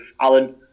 Alan